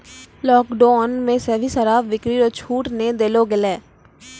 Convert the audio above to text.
lockdown मे भी शराब बिक्री रो छूट नै देलो गेलै